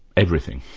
everything.